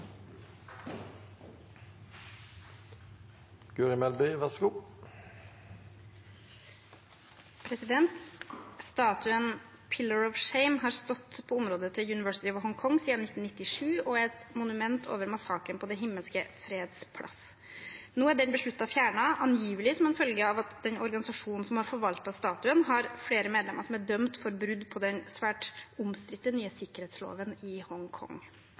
et monument over massakren på Den himmelske freds plass. Nå er den besluttet fjernet, angivelig som følge av at den organisasjonen som har forvaltet statuen, har flere medlemmer som er dømt for brudd på den svært omstridte nye sikkerhetsloven i Hongkong.